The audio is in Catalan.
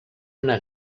una